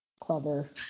clever